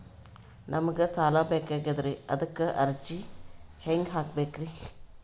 ನಮಗ ಸಾಲ ಬೇಕಾಗ್ಯದ್ರಿ ಅದಕ್ಕ ಅರ್ಜಿ ಹೆಂಗ ಹಾಕಬೇಕ್ರಿ?